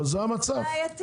זה המצב.